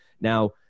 Now